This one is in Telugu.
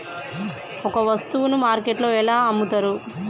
ఒక వస్తువును మార్కెట్లో ఎలా అమ్ముతరు?